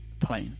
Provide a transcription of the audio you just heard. plane